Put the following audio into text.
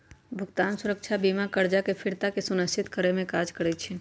भुगतान सुरक्षा बीमा करजा के फ़िरता के सुनिश्चित करेमे काज करइ छइ